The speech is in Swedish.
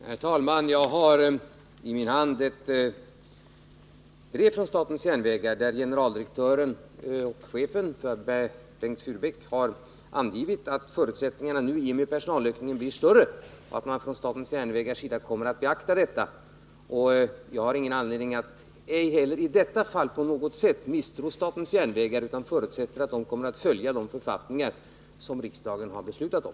Herr talman! Jag har i min hand ett brev från chefen för statens järnvägar, generaldirektör Bengt Furbäck, där han angivit att förutsättningarna nu ökar i och med att personalökningen blir större och att man från statens järnvägars sida kommer att beakta detta. Jag har ej heller i detta fall anledning att på något sätt misstro statens järnvägar utan förutsätter att man där kommer att följa de författningar som riksdagen beslutat om.